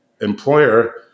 employer